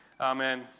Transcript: Amen